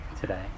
today